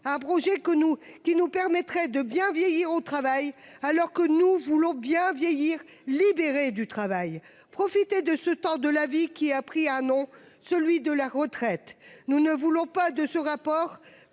nous qui nous permettrait de bien vieilli au travail alors que nous voulons bien vieillir libéré du travail profiter de ce temps de la vie qui a pris un nom, celui de la retraite. Nous ne voulons pas de ce rapport,